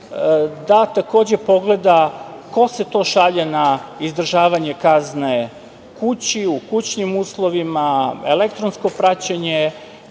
da takođe pogleda ko se to šalje na izdržavanje kazne kući, u kućnim uslovima, elektronsko praćenje,